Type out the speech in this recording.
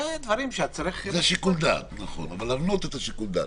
זה בשיקול דעת, אבל צריך להבנות את שיקול הדעת.